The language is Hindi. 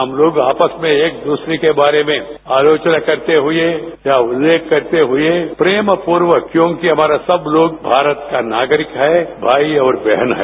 हम लोग आपस में एक दूसरे के बारे में आलोचना करते हुए या उल्लेख करते हुए प्रेमपूर्वक क्योंकि हमारा सब लोग भारत का नागरिक है भाई आरै बहन है